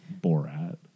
borat